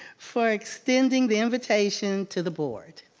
for extending the invitation to the board.